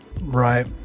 right